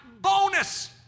bonus